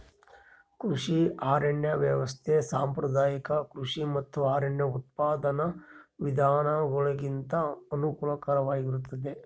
ಕೃಷಿ ಅರಣ್ಯ ವ್ಯವಸ್ಥೆ ಸಾಂಪ್ರದಾಯಿಕ ಕೃಷಿ ಮತ್ತು ಅರಣ್ಯ ಉತ್ಪಾದನಾ ವಿಧಾನಗುಳಿಗಿಂತ ಅನುಕೂಲಕರವಾಗಿರುತ್ತದ